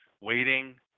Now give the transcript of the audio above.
waiting